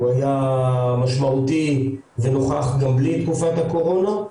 זה היה משמעותי ונוכח גם בלי תקופת הקורונה.